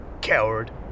Coward